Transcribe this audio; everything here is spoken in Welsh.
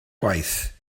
gwaith